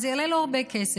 זה יעלה לו הרבה כסף.